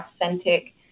authentic